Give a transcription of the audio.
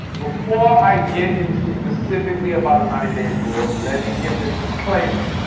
before i get into specifically about the ninety day rule, let me give this disclaimer.